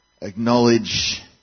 acknowledge